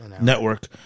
network